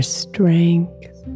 strength